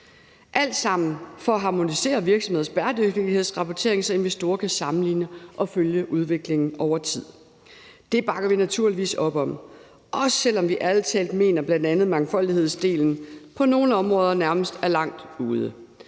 alt sammen for at harmonere virksomhedernes bæredygtighedsrapporteringer, så investorer kan sammenligne og følge udviklingen over tid. Det bakker vi naturligvis op om, også selv om vi ærlig talt mener, at bl.a. mangfoldighedsdelen på nogle områder nærmest er langt ude,